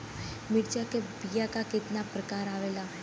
मिर्चा के बीया क कितना प्रकार आवेला?